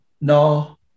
no